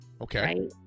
okay